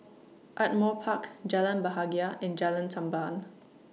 Ardmore Park Jalan Bahagia and Jalan Tamban